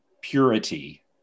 purity